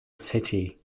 city